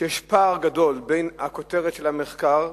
שיש פער גדול בין הכותרת של המחקר,